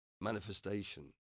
manifestation